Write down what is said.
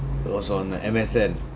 it was on uh M_S_N